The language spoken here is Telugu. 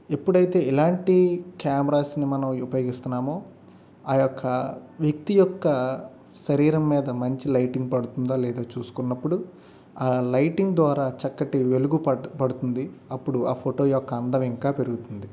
ఎప్పుడైతే ఇలాంటి క్యామరాస్ని మనం ఉపయోగిస్తున్నామో ఆ యొక్క వ్యక్తి యొక్క శరీరం మీద మంచి లైటింగ్ పడుతుందా లేదా చూసుకున్నప్పుడు ఆ లైటింగ్ ద్వారా చక్కటి వెలుగు పడుతుంది అప్పుడు ఆ ఫోటో యొక్క అందం ఇంకా పెరుగుతుంది